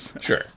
sure